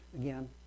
again